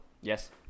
Yes